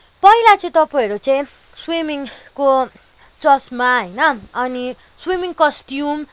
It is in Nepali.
पहिला चाहिँ तपाईँहरू चाहिँ स्विमिङको चस्मा होइन अनि स्विमिङ कस्ट्युम